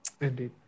Indeed